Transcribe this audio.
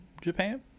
Japan